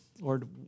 Lord